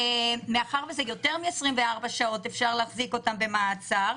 מאחר שיותר מ-24 שעות אפשר להחזיק אותם במעצר,